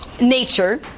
nature